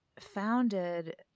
founded